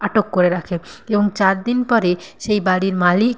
আটক করে রাখে এবং চার দিন পরে সেই বাড়ির মালিক